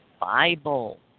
Bible